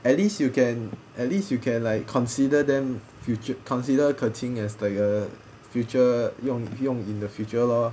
at least you can at least you can like consider them futur~ consider ke qing as like a future 用用 in the future lor